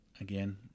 again